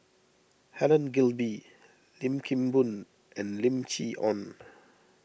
Helen Gilbey Lim Kim Boon and Lim Chee Onn